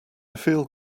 feel